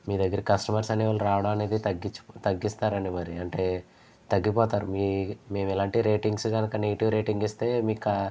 మీ దగ్గరికి కస్టమర్స్ అనేవాళ్ళు రావడానికి తగ్గించు తగ్గిస్తారండి మరి అంటే తగ్గిపోతారు మీ మేము ఇలాంటి రేటింగ్స్ కనుక నెగటివ్ రేటింగ్ ఇస్తే మీకా